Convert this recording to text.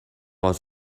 was